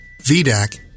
VDAC